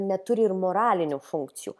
neturi ir moralinių funkcijų